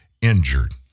injured